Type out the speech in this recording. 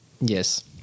Yes